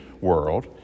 world